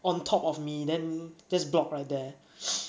on top of me then just block right there